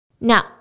Now